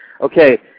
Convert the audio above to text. Okay